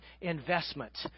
investment